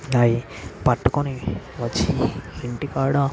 అవి పట్టుకొని వచ్చి ఇంటికాడా